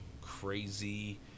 crazy